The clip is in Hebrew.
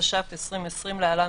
התש"ף 2020 (להלן,